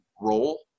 role